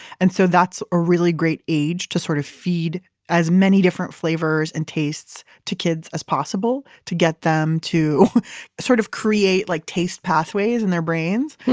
and so that's a really great age to sort of feed as many different flavors and tastes to kids as possible to get them to sort of create like taste pathways in their brains.